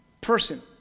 person